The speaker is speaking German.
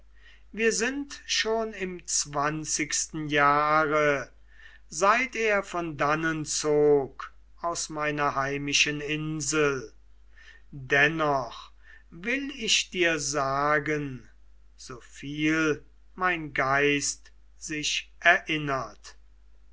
wir sind schon im zwanzigsten jahre seit er von dannen zog aus meiner heimischen insel dennoch will ich dir sagen so viel mein geist sich erinnert